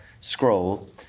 scroll